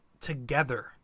together